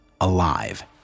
alive